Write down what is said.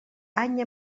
any